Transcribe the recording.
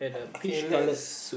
okay let's